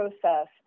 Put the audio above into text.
process